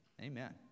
Amen